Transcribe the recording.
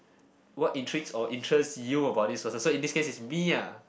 what intrigues or interests you about this person so in this case is me ah